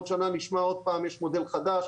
עוד שנה נשמע עוד פעם יש מודל חדש,